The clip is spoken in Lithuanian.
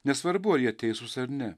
nesvarbu ar jie teisūs ar ne